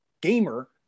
Gamer